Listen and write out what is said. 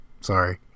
Sorry